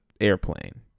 airplane